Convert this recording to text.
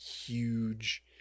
huge